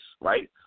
right